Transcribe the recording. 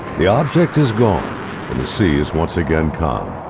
the object is gone and the sea is once again calm.